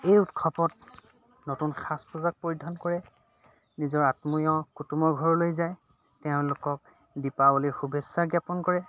এই উৎসৱত নতুন সাজ পোছাক পৰিধান কৰে নিজৰ আত্মীয় কুটুমৰ ঘৰলৈ যায় তেওঁলোকক দীপাৱলীৰ শুভেচ্ছা জ্ঞাপন কৰে